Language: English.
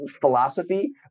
philosophy